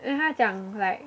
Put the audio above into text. then 他讲 like